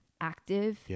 active